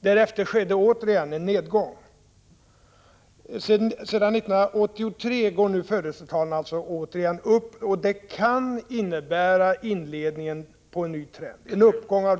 Därefter skedde återigen en nedgång. Sedan 1983 ökar födelsetalen åter, och vi har en uppgång av det slag som vi fick i mitten av 60-talet.